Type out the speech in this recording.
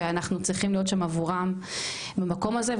ואנחנו צריכים להיות שם עבורם במקום הזה,